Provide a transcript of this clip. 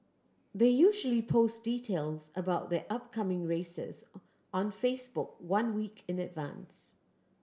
they usually post details about their upcoming races on Facebook one week in advance